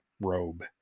robe